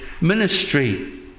ministry